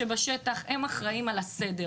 היא שמעה אותך כבר, די, חלאס, אמרת?